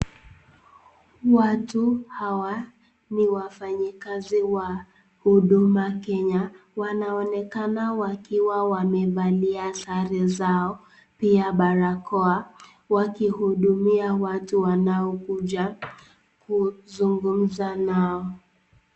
Watu hawa ni wafanyikazi wa huduma Kenya, wanaonekana wakiwa wamevalia sare zao, pia barakoa wakihudumia watu wanaokuja kuzungumza nao.